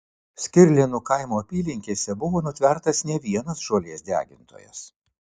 skirlėnų kaimo apylinkėse buvo nutvertas ne vienas žolės degintojas